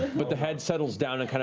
but the head settles down and